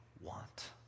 want